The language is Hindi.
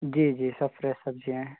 जी जी सब फ्रेश सब्ज़ी है